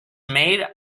made